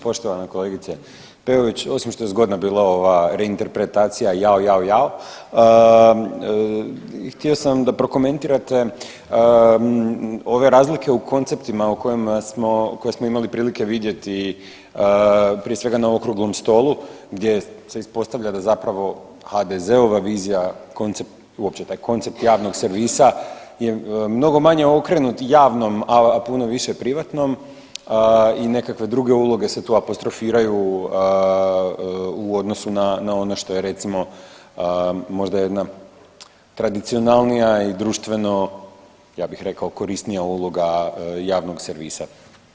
Poštovana kolegice Peović, osim što je zgodna bila ova reinterpretacija jao, jao, jao, htio sam da prokomentirate ove razlike u konceptima koje smo imali prilike vidjeti prije svega na okruglom stolu gdje se ispostavlja da zapravo HDZ-ova vizija, uopće taj koncept javnog servisa je mnogo manje okrenut javnom, a puno više privatnom i nekakve druge uloge se tu apostrofiraju u odnosu na ono što je, recimo, možda jedna tradicionalnija i društveno, ja bih rekao, korisnija uloga javnog servisa.